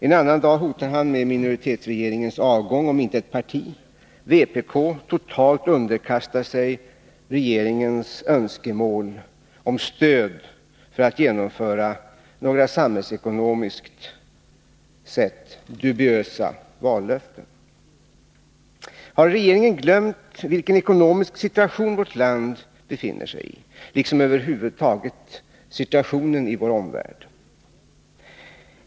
En annan dag hotar han med minoritetsregeringens avgång, om inte ett parti — vpk — totalt underkastar sig regeringens önskemål om stöd för att genomföra några samhällsekonomiskt sett dubiösa vallöften. Har regeringen glömt vilken ekonomisk situation vårt land befinner sig i, liksom över huvud taget situationen i vår omvärld?